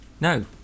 No